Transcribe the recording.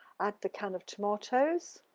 add the can of tomatoes.